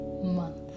month